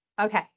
Okay